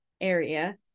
area